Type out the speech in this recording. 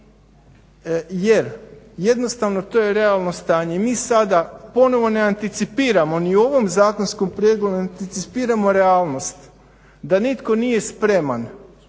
Jer jednostavno to je realno stanje, mi sada ponovno ne anticipiramo ni u ovom zakonskom prijedlogu ne anticipiramo realnost da nitko nije spreman